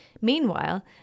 Meanwhile